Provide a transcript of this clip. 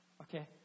Okay